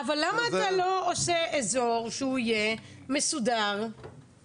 אבל למה אתה לא עושה אזור מסודר של קמפינג?